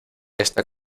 esta